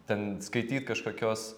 ten skaityt kažkokios